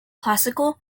classical